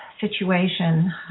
situation